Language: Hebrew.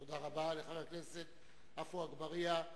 תודה רבה לחבר הכנסת עפו אגבאריה.